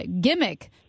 gimmick